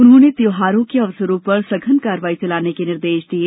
उन्होंने त्यौहारों के अवसरों पर सघन कार्रवाई चलाने के निर्देश दिये